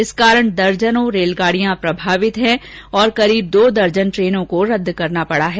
इस कारण दर्जनों रेलगाडियां प्रभावित हैं तथा करीब दो दर्जन ट्रेनों को रदद करना पडा है